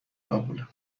قبوله